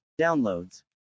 downloads